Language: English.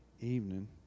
evening